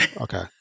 okay